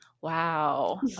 Wow